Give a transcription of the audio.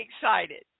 excited